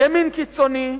ימין קיצוני,